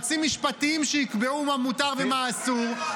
יועצים משפטיים שיקבעו מה מותר ומה אסור,